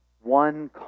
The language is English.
one